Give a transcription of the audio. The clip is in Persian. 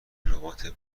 ربات